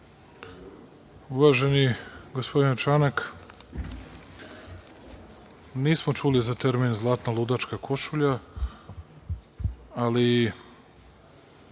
Uvaženi gospodine Čanak, nismo čuli za termin „zlatno ludačka košulja“, ali